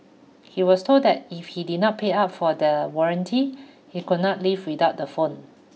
he was told that if he did not pay up for the warranty he could not leave without the phone